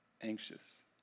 anxious